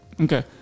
Okay